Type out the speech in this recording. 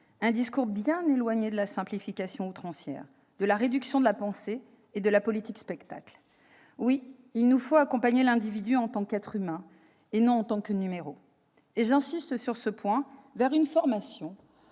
un discours bien éloigné de la simplification outrancière, de la réduction de la pensée et de la politique-spectacle. Oui, il nous faut accompagner l'individu en tant qu'être humain, et non en tant que numéro, vers une formation